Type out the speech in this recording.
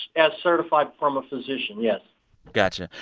as certified from a physician, yes got you.